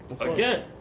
again